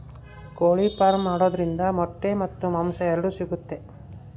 ಕೋಳಿ ಫಾರ್ಮ್ ಮಾಡೋದ್ರಿಂದ ಮೊಟ್ಟೆ ಮತ್ತು ಮಾಂಸ ಎರಡು ಸಿಗುತ್ತೆ